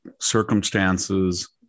circumstances